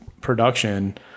production